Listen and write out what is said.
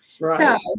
Right